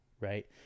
right